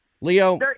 leo